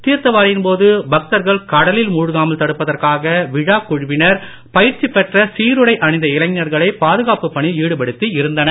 தீர்த்தவாரியின் போது பக்தர்கள் கடலில் மூழ்காமல் தடுப்பதற்காக விழாக் குழுவினர் பயிற்சி பெற்ற சீருடை அணிந்த இளைஞர்களை பாதுகாப்பு பணியில் ஈடுபடுத்தி இருந்தனர்